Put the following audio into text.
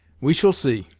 we shall see.